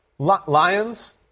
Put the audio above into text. Lions